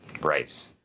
Right